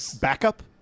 Backup